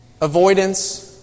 Avoidance